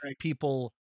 people